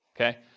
okay